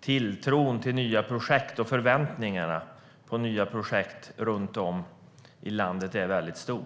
Tilltron till nya projekt är stort, och förväntningarna på nya projekt runt om i landet stora.